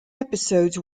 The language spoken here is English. episodes